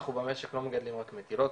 אנחנו במשק לא מגדלים רק מטילות.